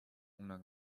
una